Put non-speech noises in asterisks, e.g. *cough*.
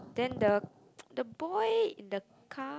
then the *noise* the boy in the car